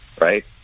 right